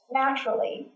naturally